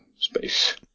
space